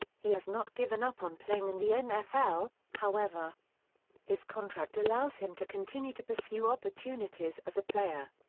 he has not given up on playing in the nfl, however his contract allows him to continue to pursue opportunities as a player.